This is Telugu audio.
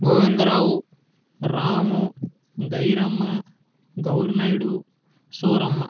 గోవిందరావు రాము గౌరమ్మ గౌర్నాయుడు సూరమ్మ